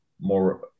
more